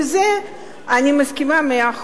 עם זה אני מסכימה במאה אחוז.